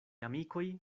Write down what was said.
amikoj